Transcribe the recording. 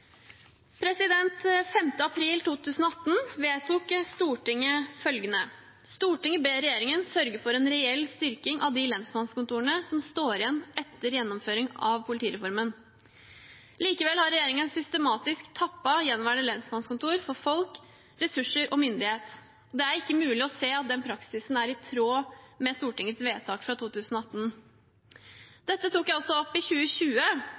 april 2018 vedtok Stortinget følgende: «Stortinget ber regjeringen sørge for en reell styrking av de lensmannskontorene som står igjen etter gjennomføringen av politireformen.» Likevel har regjeringen systematisk tappet gjenværende lensmannskontor for folk, ressurser og myndighet. Det er ikke mulig å se at den praksisen er i tråd med Stortingets vedtak fra 2018. Dette tok jeg også opp i 2020